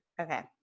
Okay